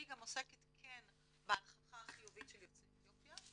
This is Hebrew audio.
ה יא גם עוסקת בהנכחה החיובית של יוצאי אתיופיה,